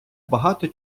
багато